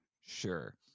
Sure